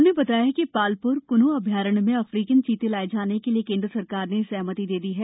उन्होंने बताया कि पालप्र कूंनो अभ्यारण्य में अफ्रीकन चीते लाये जाने के लिए केंद्र सरकार ने सहमति दे दी है